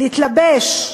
להתלבש,